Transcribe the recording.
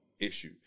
issue